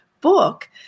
book